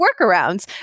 workarounds